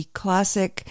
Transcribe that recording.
classic